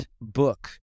book